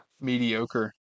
mediocre